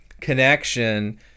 connection